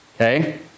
Okay